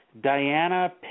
Diana